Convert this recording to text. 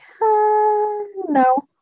no